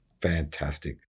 fantastic